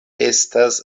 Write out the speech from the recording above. estas